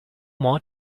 more